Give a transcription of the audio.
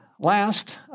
Last